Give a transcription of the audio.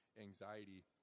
anxiety